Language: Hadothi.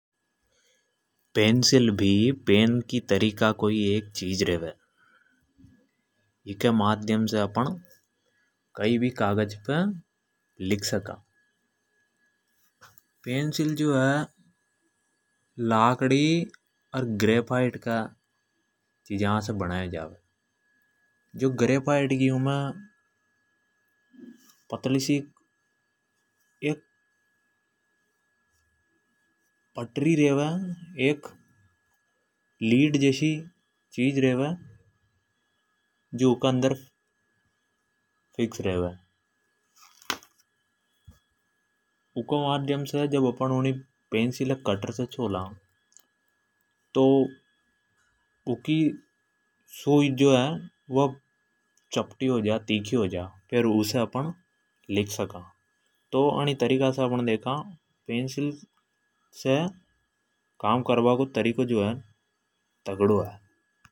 पेंसिल भी पेन की तरीका को ही एक चिज रेवे। एके माध्यम से अपन कई भी कागज़ पे लिख सका। पेंसिल जो है लकड़ी अर ग्रेफाइट का चिजा से बन्यो जावे। जो ग्रेफाइट की उमे पतली सिक् एक पटरी रेवे एक लीट जैसी चिज रेवे। जो उके अंदर फिक्स रेवे उके माध्यम सी जब अपण पेंसिल है कटर से होता। तो उँकी सुई जो है चपटी हो जा तो अनि तरीका से अपण देखा। पेंसिल से काम करबा को तरीको जो है तगडो है।